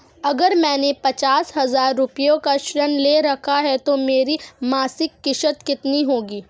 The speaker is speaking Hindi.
अगर मैंने पचास हज़ार रूपये का ऋण ले रखा है तो मेरी मासिक किश्त कितनी होगी?